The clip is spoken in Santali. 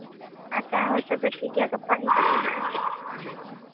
ᱟᱪᱪᱷᱟ ᱦᱳᱭ ᱛᱚᱵᱮ ᱴᱷᱤᱠ ᱜᱮᱭᱟ ᱜᱟᱯᱟ ᱦᱤᱡᱩᱜ ᱢᱮ ᱦᱟᱸᱜ ᱦᱮᱸᱥᱮ